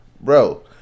bro